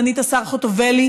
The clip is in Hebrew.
סגנית השר חוטובלי,